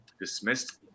dismissed